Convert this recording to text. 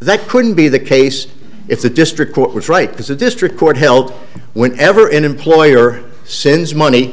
that couldn't be the case if the district court was right because it district court held when ever in employer since money